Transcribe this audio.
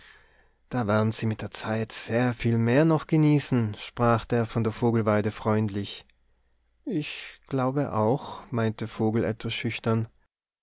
da werden sie mit der zeit sehr viel mehr noch genießen sprach der von der vogelweide freundlich ich glaube auch meinte vogel etwas schüchtern